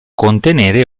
contenere